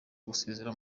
gusezera